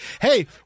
hey